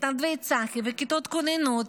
מתנדבי צח"י וכיתות כוננות,